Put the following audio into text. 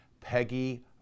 Peggy